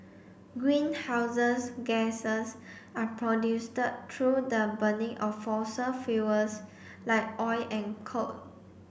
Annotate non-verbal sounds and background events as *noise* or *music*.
greenhouses gases are *unintelligible* through the burning of fossil fuels like oil and coal